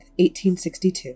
1862